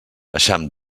eixam